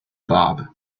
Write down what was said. bob